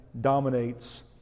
dominates